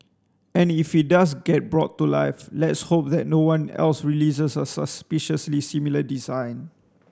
and if it does get brought to life let's hope that no one else releases a suspiciously similar design